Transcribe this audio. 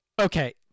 Okay